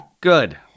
Good